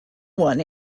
one